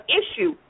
issue